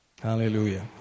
Hallelujah